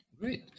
Great